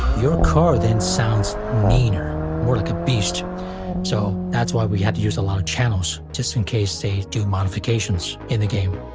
your car then sounds meaner, more like a beast so that's why we had to use a lot of channels, just in case they do modifications in the game